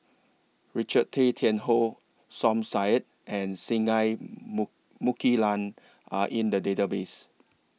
Richard Tay Tian Hoe Som Said and Singai Mukilan Are in The Database